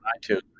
iTunes